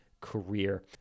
career